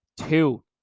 two